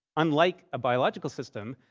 unlike a biological system,